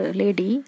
lady